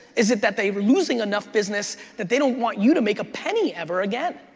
is it that they are losing enough business that they don't want you to make a penny ever again.